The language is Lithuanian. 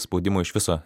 spaudimo iš viso